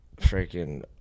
freaking